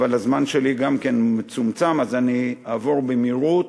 אבל הזמן שלי גם כן מצומצם, אז אני אעבור במהירות